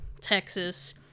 Texas